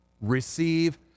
Receive